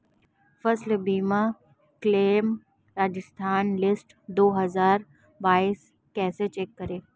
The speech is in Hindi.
फसल बीमा क्लेम राजस्थान लिस्ट दो हज़ार बाईस कैसे चेक करें?